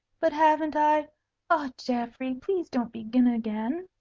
but haven't i ah, geoffrey, please don't begin again.